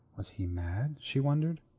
was he mad, she wondered.